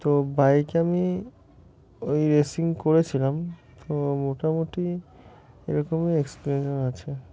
তো বাইকে আমি ওই রেসিং করেছিলাম তো মোটামুটি এরকমই এক্সপিরিয়েন্স আমার আছে